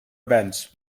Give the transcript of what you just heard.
events